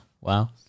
Wow